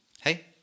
hey